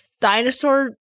dinosaur